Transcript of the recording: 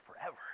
forever